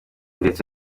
ndetse